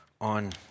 on